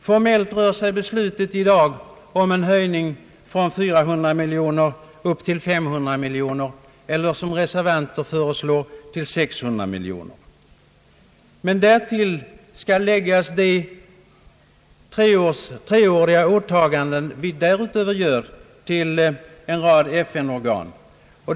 Formellt rör sig beslutet i dag om em höjning från 400 miljoner kronor upp: till 500 miljoner kronor eller, som reser vanter föreslår, till 600 "miljoner kronor. Men därtill skall läggas de treåriga åtaganden vi därutöver gör till en rad FN-organ.